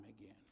again